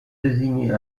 désigner